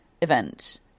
event